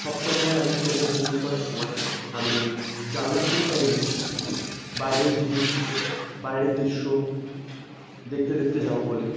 সব সময় আমি ট্রেনে ভ্রমণ করার সময় আমি জানলার সিটটাই নিই বাইরের জিনিস বাইরের দৃশ্য দেখতে দেখতে যাবো বলে